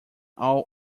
all